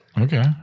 Okay